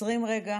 עוצרים רגע